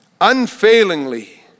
unfailingly